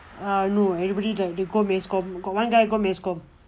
ah no everybody they go mass comm got one guy go mass comm